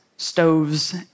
stoves